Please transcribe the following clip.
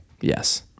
Yes